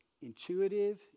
intuitive